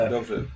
Dobrze